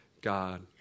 God